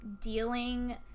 dealing